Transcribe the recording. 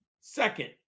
second